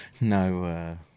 No